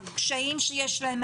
את הקשיים שיש להם,